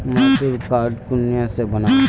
मजदूर कार्ड कुनियाँ से बनाम?